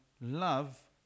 love